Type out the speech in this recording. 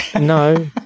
No